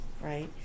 right